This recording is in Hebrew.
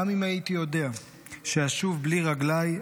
גם אם הייתי יודע שאשוב בלי רגליי,